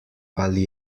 ali